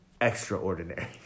extraordinary